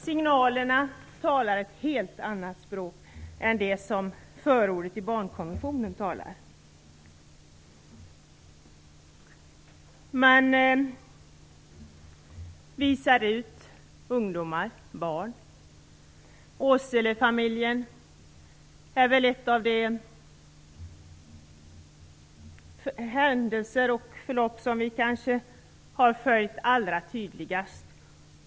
"Signalerna" skiljer sig helt från det språk som förordet till skriften om barnkonventionen talar: Man utvisar barn och ungdomar. Utvisningen av Åselefamiljen är väl den händelse som är allra tydligast.